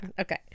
Okay